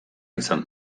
izan